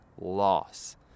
loss